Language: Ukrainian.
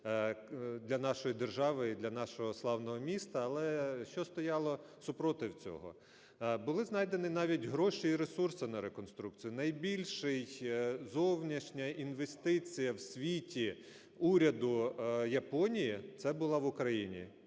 для нашої держави і для нашого славного міста. Але що стояло супротив цього? Були знайдені навіть гроші і ресурси на реконструкцію. Найбільша зовнішня інвестиція в світі уряду Японії – це була в Україні.